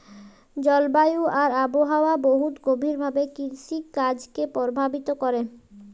জলবায়ু আর আবহাওয়া বহুত গভীর ভাবে কিরসিকাজকে পরভাবিত ক্যরে